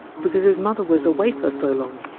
because his mother was a wafer so long!